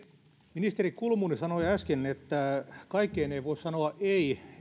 ministeri kulmuni sanoi äsken että kaikkeen ei voi sanoa ei